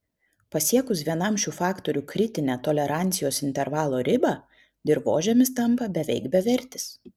pasiekus vienam šių faktorių kritinę tolerancijos intervalo ribą dirvožemis tampa beveik bevertis